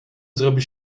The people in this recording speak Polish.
zrobi